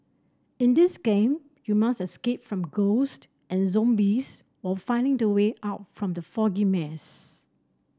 in this game you must escape from ghost and zombies while finding the way out from the foggy maze